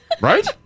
Right